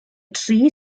tri